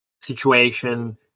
situation